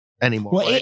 anymore